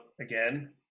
again